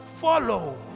follow